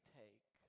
take